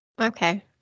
Okay